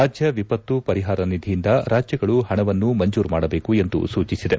ರಾಜ್ಯ ವಿಪತ್ತು ಪರಿಹಾರ ನಿಧಿಯಿಂದ ರಾಜ್ಯಗಳು ಪಣವನ್ನು ಮಂಜೂರು ಮಾಡಬೇಕು ಎಂದು ಸೂಚಿಸಿದೆ